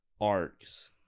arcs